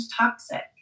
toxic